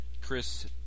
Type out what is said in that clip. Chris